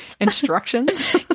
instructions